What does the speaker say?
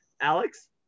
Alex